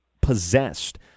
possessed